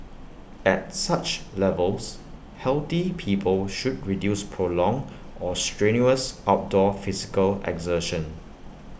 at such levels healthy people should reduce prolonged or strenuous outdoor physical exertion